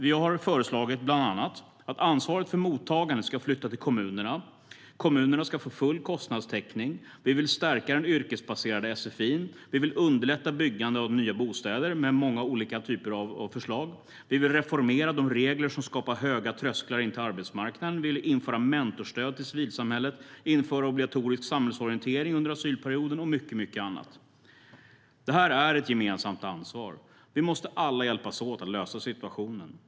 Vi har föreslagit bland annat att ansvaret för mottagande ska flyttas till kommunerna och att kommunerna ska få full kostnadstäckning. Vi vill stärka den yrkesbaserade sfi:n. Vi vill underlätta byggande av nya bostäder med många olika typer av förslag. Vi vill reformera de regler som skapar höga trösklar in till arbetsmarknaden. Vi vill införa mentorsstöd till civilsamhället, obligatorisk samhällsorientering under asylperioden och mycket annat. Det här är ett gemensamt ansvar. Vi måste alla hjälpas åt att lösa situationen.